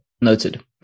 Noted